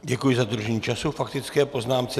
Děkuji za dodržení času k faktické poznámce.